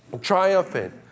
Triumphant